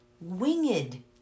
winged